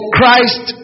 Christ